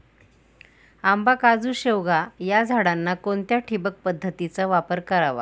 आंबा, काजू, शेवगा या झाडांना कोणत्या ठिबक पद्धतीचा वापर करावा?